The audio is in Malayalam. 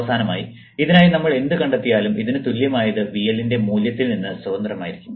അവസാനമായി ഇതിനായി നമ്മൾ എന്ത് കണ്ടെത്തിയാലും ഇതിന് തുല്യമായത് VL ന്റെ മൂല്യത്തിൽ നിന്ന് സ്വതന്ത്രമായിരിക്കും